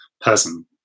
person